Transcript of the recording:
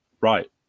right